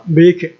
make